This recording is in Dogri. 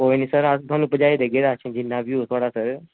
ते अस थुहानू पजाई देगे राशन जिन्ना बी होग